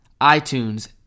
iTunes